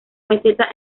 meseta